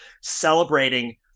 celebrating